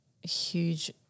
huge